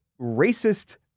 racist